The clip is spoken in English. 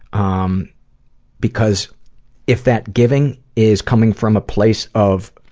um because if that giving is coming from a place of,